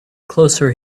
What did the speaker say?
closer